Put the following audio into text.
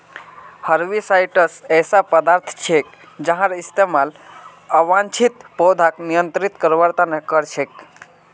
herbicides ऐसा पदार्थ छिके जहार इस्तमाल अवांछित पौधाक नियंत्रित करवार त न कर छेक